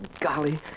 golly